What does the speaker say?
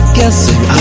guessing